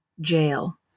Jail